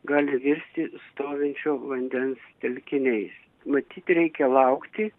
gali virsti stovinčio vandens telkiniais matyt reikia laukti